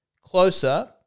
closer